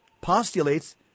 postulates